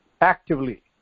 actively